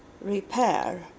repair